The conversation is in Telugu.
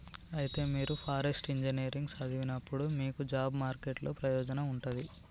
అయితే మీరు ఫారెస్ట్ ఇంజనీరింగ్ సదివినప్పుడు మీకు జాబ్ మార్కెట్ లో ప్రయోజనం ఉంటది